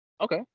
Okay